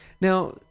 now